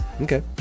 Okay